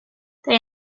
they